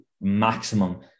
maximum